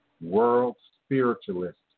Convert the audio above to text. world-spiritualist